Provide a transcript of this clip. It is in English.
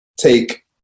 take